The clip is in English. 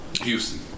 Houston